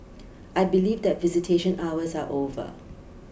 I believe that visitation hours are over